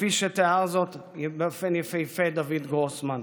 כפי שתיאר זאת באופן יפהפה דויד גרוסמן.